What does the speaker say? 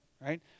right